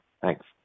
Thanks